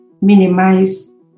minimize